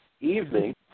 evening